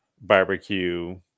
barbecue